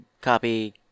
copy